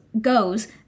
goes